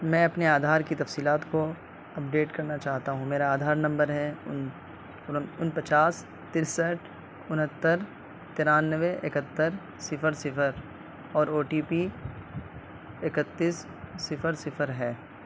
میں اپنے آدھار کی تفصیلات کو اپڈیٹ کرنا چاہتا ہوں میرا آدھار نمبر ہے پچاس ترسٹھ انہتر ترانوے اکہتر صفر صفر اور او ٹی پی اکتیس صفر صفر ہے